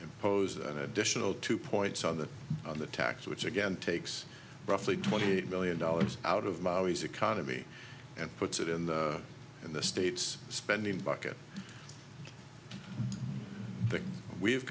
impose an additional two points on the on the tax which again takes roughly twenty eight million dollars out of maui's economy and puts it in the in the state's spending bucket that we